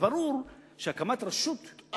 ברור שהקמת רשות,